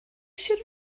sir